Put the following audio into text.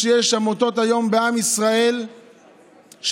שיש עמותות היום בעם ישראל שדואגות